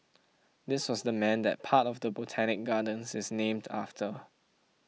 this was the man that part of the Botanic Gardens is named after